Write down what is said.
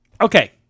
Okay